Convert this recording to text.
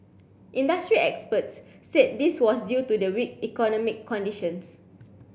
industry experts said this was due to the weak economic conditions